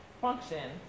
function